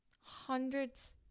hundreds